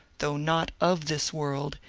though not of this world,